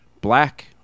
black